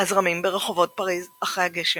הזרמים ברחובות פריז אחרי הגשם,